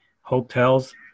hotels